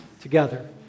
together